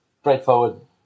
straightforward